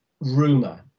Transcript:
rumor